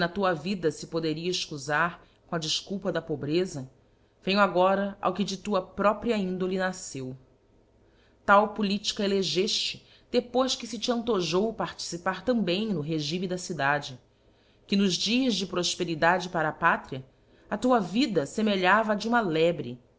tua vida fe poderia efcufar com a defculpa da pobreza venho agora ao que de tua própria índole nafceu tal politica elegefte depois que fe te antojou participar também no regime da cidade que nos dias de profperidade para a pátria a tua vida femelhava á de uma lebre